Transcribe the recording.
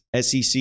SEC